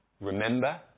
remember